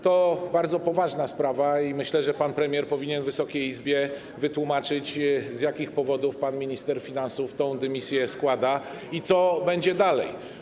To bardzo poważna sprawa i myślę, że pan premier powinien Wysokiej Izbie wytłumaczyć, z jakich powodów pan minister finansów tę dymisję składa i co będzie dalej.